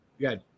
good